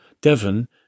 Devon